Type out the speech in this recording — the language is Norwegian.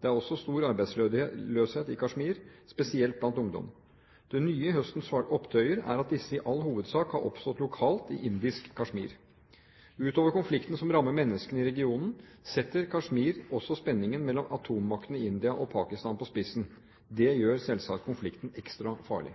Det er også stor arbeidsløshet i Kashmir, spesielt blant ungdom. Det nye i høstens opptøyer er at disse i all hovedsak har oppstått lokalt i indisk Kashmir. Utover konflikten som rammer menneskene i regionen, setter Kashmir også spenningen mellom atommaktene India og Pakistan på spissen. Det gjør selvsagt konflikten ekstra farlig.